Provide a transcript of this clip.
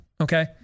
okay